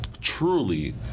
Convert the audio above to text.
truly